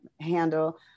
handle